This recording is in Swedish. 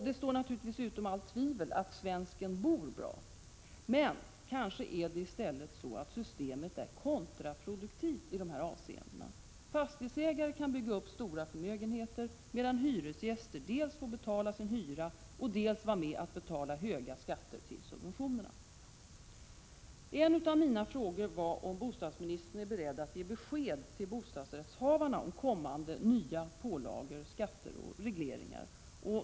Det står naturligtvis utom allt tvivel att svensken bor bra, men kanske är det i stället så att systemet är kontraproduktivt i dessa avseenden. Fastighetsägare kan bygga upp stora förmögenheter, medan hyresgästerna dels får betala sin hyra, dels får vara med om att betala höga skatter till subventionerna. En av mina frågor var om bostadsministern är beredd att ge besked till bostadsrättshavarna om kommande nya pålagor, skatter och regleringar.